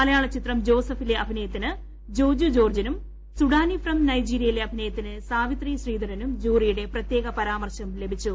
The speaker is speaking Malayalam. മലയാള ചിത്രം ജോസഫിലെ അഭിനയത്തിന് ജോജു ജോർജിനും സുഡാനി ഫ്രം നൈജീരിയയിലെ അഭിയത്തിന് സാവിത്രി ശ്രീധരനും ജൂറിയുടെ പ്രത്യേക പരാമർശം ലഭിച്ചു